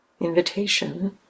invitation